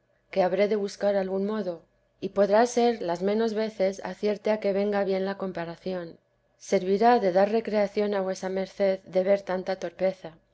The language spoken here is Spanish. que habré de buscar algún modo y podrá ser las menos veces acierte a que venga bien la comparación servirá de dar recreación a vuesa merced de ver tanta torpeza